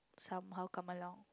somehow come along